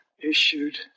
issued